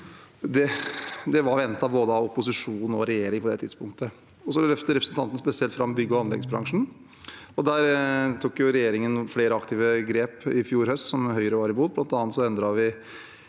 bort, var ventet av både opposisjon og regjering på det tidspunktet. Så løfter representanten spesielt fram bygg- og anleggsbransjen. Der tok regjeringen flere aktive grep i fjor høst, som Høyre var imot. Vi endret